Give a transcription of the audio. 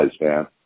man